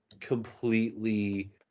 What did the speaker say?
completely